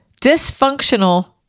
dysfunctional